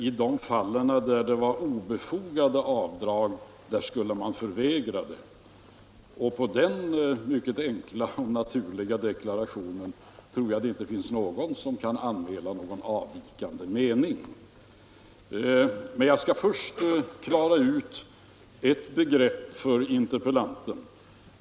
I de fall där det var obefogade avdrag skulle man förvägra de skattskyldiga att göra dem. Och jag tror inte att det finns någon som kan anmäla avvikande mening gentemot den mycket enkla och naturliga deklarationen. Men jag skall till att börja med försöka klara ut ett begrepp för interpellanten.